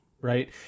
right